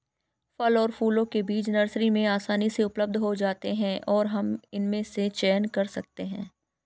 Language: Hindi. फल और फूलों के बीज नर्सरी में आसानी से उपलब्ध हो जाते हैं और हम इनमें से चयन कर सकते हैं